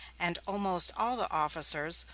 and almost all the officers,